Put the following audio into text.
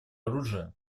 оружия